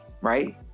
right